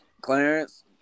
Clarence